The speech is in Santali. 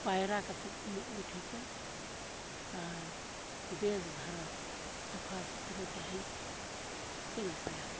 ᱯᱟᱭᱨᱟ ᱠᱟᱛᱮᱫ ᱩᱢᱩᱜ ᱜᱮ ᱴᱷᱤᱠᱟ ᱟᱨ ᱵᱮᱥ ᱫᱷᱟᱨᱟ ᱥᱟᱯᱷᱟ ᱥᱩᱛᱨᱟᱹ ᱛᱟᱦᱮᱱ ᱟᱹᱰᱤ ᱜᱮ ᱱᱟᱯᱟᱭᱟ